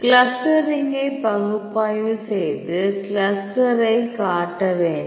கிளஸ்டரிங்கை பகுப்பாய்வு செய்து கிளஸ்டரை காட்ட வேண்டும்